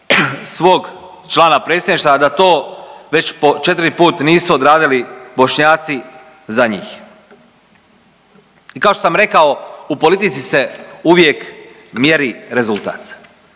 svog člana predsjedništva, a da to već po 4 put nisu odradili Bošnjaci za njih. I kao što sam rekao u politici se uvijek mjeri rezultat.